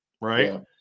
right